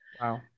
Wow